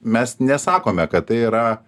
mes nesakome kad tai yra